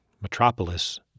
metropolis